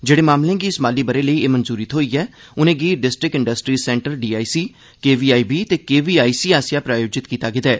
जेहड़े मामलें गी इस माली ब'रे लेई एह् मंजूरी थ्होई ऐ उनें'गी डिस्ट्रीक्ट इंडस्ट्रीज़ सेंटर डीआईसी के वी आई बी ते केवीआईसी आसेआ प्रोयाजित कीता गेदा ऐ